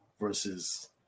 versus